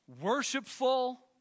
worshipful